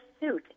suit